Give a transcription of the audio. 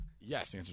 yes